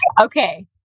Okay